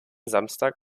samstag